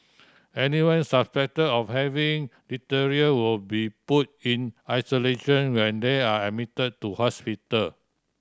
anyone suspected of having diphtheria will be put in isolation when they are admitted to hospital